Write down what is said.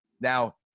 Now